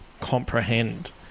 comprehend